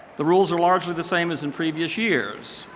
the rules are largely the same as in previous years.